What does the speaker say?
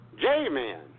J-Man